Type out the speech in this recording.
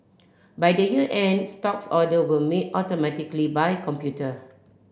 by the year end stocks order will made automatically by computer